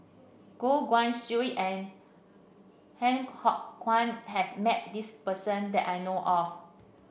Goh Guan Siew and Han Kwang has met this person that I know of